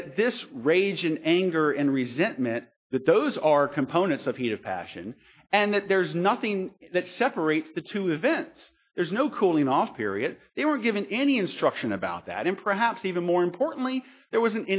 that this regime anger and resentment that those are components of heat of passion and that there's nothing that separates the two events there's no cooling off period they were given any instruction about that in perhaps even more importantly there wasn't